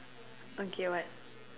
okay what